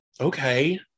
Okay